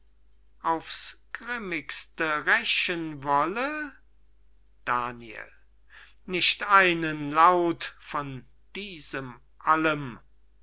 aufs grimmigste rächen wolle daniel nicht einen laut von diesem allem